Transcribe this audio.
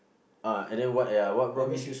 uh and then what ya what brought me